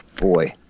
boy